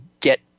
get